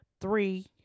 Three